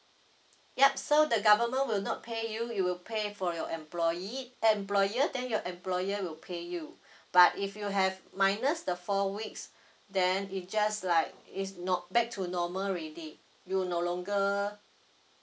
yup so the government will not pay you you will pay for your employee employer then your employer will pay you but if you have minus the four weeks then it just like it's not back to normal already you no longer